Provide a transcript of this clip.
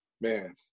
man